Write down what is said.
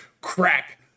crack